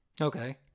Okay